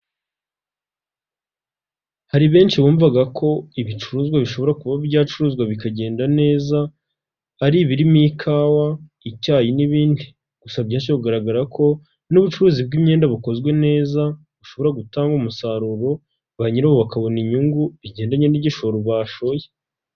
Hari benshi bumvaga ko ibicuruzwa bishobora kuba ibyocuruzwa bikagenda neza, ari ibirimo ikawa, icyayi n'ibindi, gusa byaje kugaragara ko n'ubucuruzi bw'imyenda bukozwe neza, bushobora gutanga umusaruro ba nyiriwo bakabona inyungu bigendanye n'igishoro bashoye.